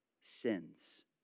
sins